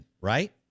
right